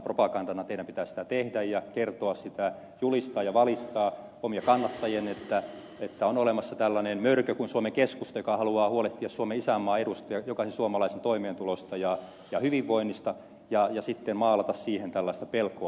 teidän pitää sitä tehdä ja kertoa sitä julistaa ja valistaa omia kannattajianne että on olemassa tällainen mörkö kuin suomen keskusta joka haluaa huolehtia suomen isänmaan eduista ja jokaisen suomalaisen toimeentulosta ja hyvinvoinnista ja sitten maalata siihen tällaista pelkoa